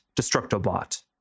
Destructobot